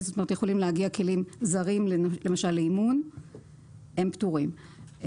יכולים להגיע כלים זרים למשל לאימון והם פטורים.